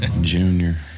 Junior